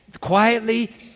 quietly